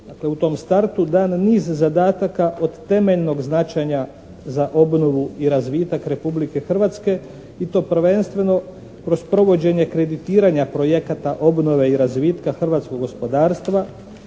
u tom startu dan niz zadataka od temeljnog značenja za obnovu i razvitak Republike Hrvatske i to prvenstveno kroz provođenje kreditiranja projekata obnove i razvitka hrvatskog gospodarstva,